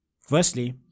Firstly